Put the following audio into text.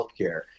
healthcare